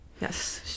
Yes